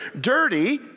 dirty